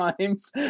times